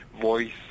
voice